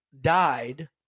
Died